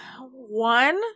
One